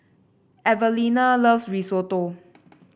Evalena loves Risotto